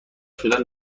شدن